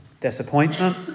Disappointment